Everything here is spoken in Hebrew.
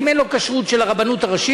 אם אין לו כשרות של הרבנות הראשית,